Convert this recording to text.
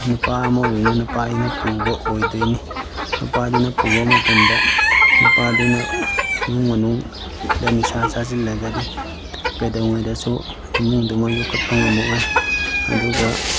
ꯅꯨꯄꯥ ꯑꯃ ꯑꯣꯏꯕꯅꯤꯅ ꯅꯨꯄꯥ ꯑꯩꯅ ꯄꯨꯕ ꯑꯣꯏꯗꯣꯏꯅꯤ ꯅꯨꯄꯥꯗꯨꯅ ꯄꯨꯕ ꯃꯇꯝꯗ ꯅꯨꯄꯥꯗꯨꯅ ꯏꯃꯨꯡ ꯃꯅꯨꯡꯗ ꯅꯤꯁꯥ ꯆꯥꯁꯤꯜꯂꯒꯗꯤ ꯀꯩꯗꯧꯉꯩꯗꯁꯨ ꯏꯃꯨꯡꯗꯃ ꯌꯣꯛꯈꯠꯄ ꯉꯝꯃꯛꯑꯣꯏ ꯑꯗꯨꯒ